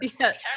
Yes